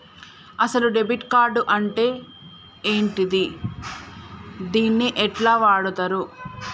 అసలు debit card అంటే ఏంటిది? దీన్ని ఎట్ల వాడుతరు?